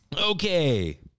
Okay